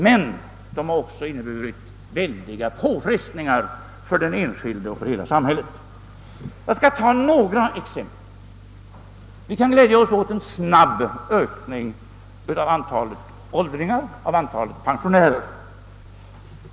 — men de har också inneburit väldiga påfrestningar för den enskilde och för hela samhället. Jag skall här ta några exempel. Vi kan glädja oss åt en snabb ökning av antalet åldringar och pensionärer.